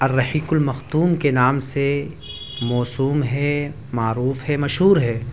الرحیق المختوم کے نام سے موصوم ہے معروف ہے مشہور ہے